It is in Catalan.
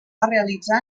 realitzar